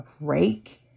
break